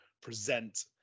present